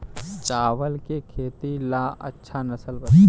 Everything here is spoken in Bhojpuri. चावल के खेती ला अच्छा नस्ल बताई?